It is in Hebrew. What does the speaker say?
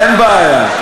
אין בעיה.